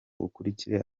ukurikire